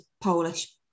Polish